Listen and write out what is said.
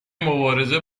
مبارزه